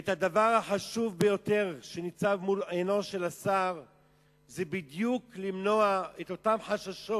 והדבר החשוב ביותר שניצב מול עיניו של השר זה בדיוק למנוע את אותם חששות